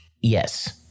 yes